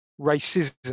racism